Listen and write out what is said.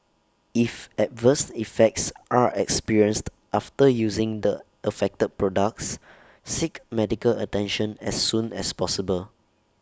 if adverse effects are experienced after using the affected products seek medical attention as soon as possible